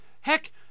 Heck